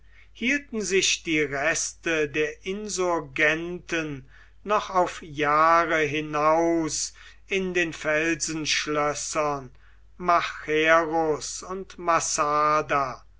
hielten sich die reste der insurgenten noch auf jahre hinaus in den felsenschlössern machaerus und massada